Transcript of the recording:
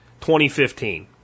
2015